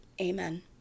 Amen